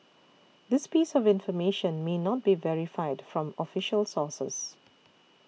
this piece of information may not be verified from official sources